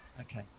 Okay